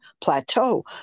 plateau